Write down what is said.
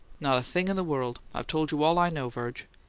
not a thing in the world. i've told you all i know, virg.